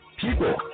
people